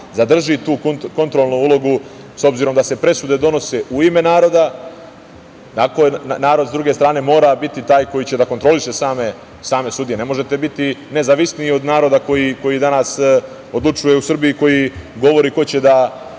zadrži tu kontrolnu ulogu s obzirom da se presude donose u ime naroda. Narod s druge strane mora biti taj koji će da kontroliše same sudije. Ne možete biti nezavisniji od naroda koji danas odlučuje u Srbiji, koji govori ko će da